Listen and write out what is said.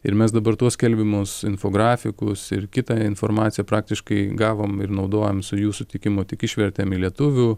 ir mes dabar tuos skelbimus infografikus ir kitą informaciją praktiškai gavom ir naudojam su jų sutikimu tik išvertėm į lietuvių